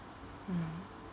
hmm